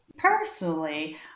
Personally